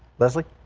leslie